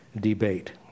debate